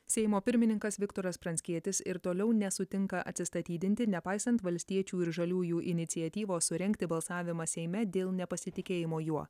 seimo pirmininkas viktoras pranckietis ir toliau nesutinka atsistatydinti nepaisant valstiečių ir žaliųjų iniciatyvos surengti balsavimą seime dėl nepasitikėjimo juo